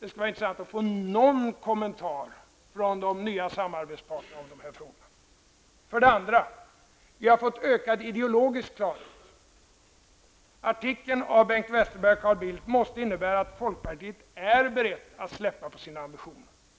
Det skulle vara intressant att få en kommentar från dem som nu är nya samarbetspartner. För det andra har vi fått en större ideologisk klarhet. Artikeln av Bengt Westerberg och Carl Bildt måste innebära att folkpartiet är berett att släppa sina ambitioner.